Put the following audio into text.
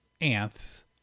Ants